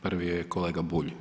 Prvi je kolega Bulj.